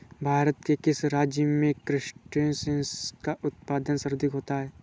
भारत के किस राज्य में क्रस्टेशियंस का उत्पादन सर्वाधिक होता है?